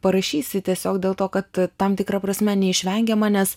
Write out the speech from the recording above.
parašysi tiesiog dėl to kad tam tikra prasme neišvengiama nes